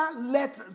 let